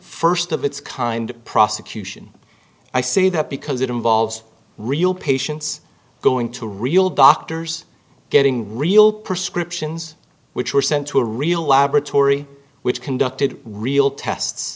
first of its kind prosecution i say that because it involves real patients going to real doctors getting real prescriptions which were sent to a real laboratory which conducted real test